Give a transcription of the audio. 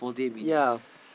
yea